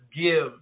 give